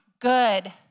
good